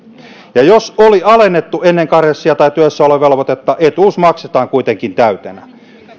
ja jos oli alennettu ennen karenssia tai työssäolovelvoitetta etuus maksetaan kuitenkin täytenä